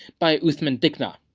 by osman digna.